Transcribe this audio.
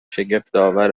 شگفتآور